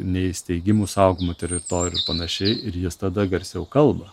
neįsteigimu saugomų teritorijų ir panašiai ir jis tada garsiau kalba